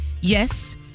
Yes